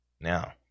Now